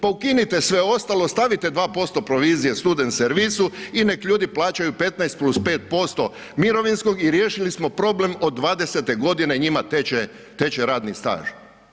Pa ukinite sve ostalo, stavite 2% provizije student servisu i nek ljudi plaćaju 15+5% mirovinskog i riješili smo problem, od 20-te njima teče radni staž.